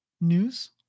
news